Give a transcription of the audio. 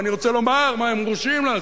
ואני רוצה לומר מה הם מורשים לעשות.